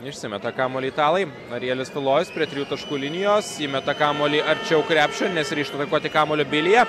išsimeta kamuolį italai arielius tulojus prie trijų taškų linijos įmeta kamuolį arčiau krepšio nesiryžta atakuoti kamuolio bilija